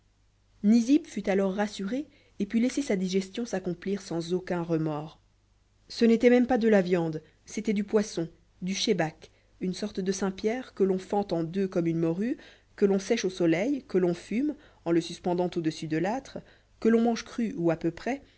nizib fut alors rassuré et put laisser sa digestion s'accomplir sans aucun remords ce n'était même pas de la viande c'était du poisson du shebac une sorte de saint-pierre que l'on fend en deux comme une morue que l'on sèche au soleil que l'on fume en le suspendant au-dessus de l'âtre que l'on mange cru ou à peu près